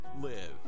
live